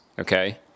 okay